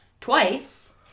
twice